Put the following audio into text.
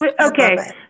Okay